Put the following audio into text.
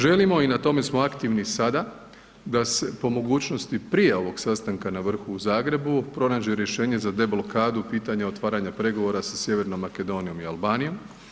Želimo i na tome smo aktivni sada da se po mogućnosti prije ovog sastanka na vrhu u Zagrebu pronađe rješenje za deblokadu pitanja otvaranja pregovora sa Sjevernom Makedonijom i Albanijom.